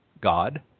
God